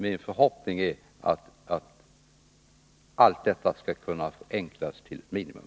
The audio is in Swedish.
Min förhoppning är att allt detta skall kunna förenklas till ett minimum.